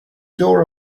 door